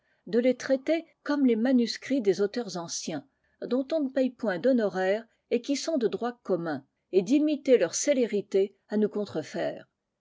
de les traiter comme les manuscrits des auteurs anciens dont on ne paye point d'honoraires et qui sont de droit commun et d'imiter leur célérité à nous contrefaire